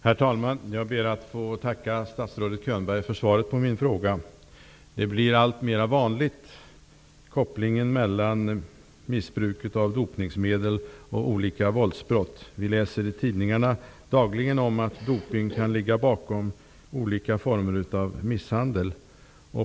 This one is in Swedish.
Herr talman! Jag ber att få tacka statsrådet Könberg för svaret på min fråga. Det blir alltmer vanligt med kopplingen mellan missbruk av dopningsmedel och olika våldsbrott. Vi läser dagligen i tidningarna om att dopning kan ligga bakom olika former av misshandel.